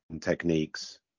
techniques